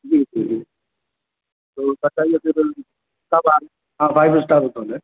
جی جی جی تو بتائیے ہاں فائو سٹار ہوٹل ہے